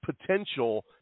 potential